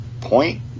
point